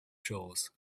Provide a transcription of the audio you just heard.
shores